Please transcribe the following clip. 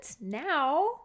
now